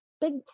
big